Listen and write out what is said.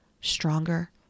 stronger